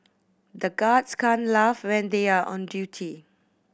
the guards can't laugh when they are on duty